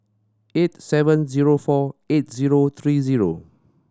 eight seven zero four eight zero three zero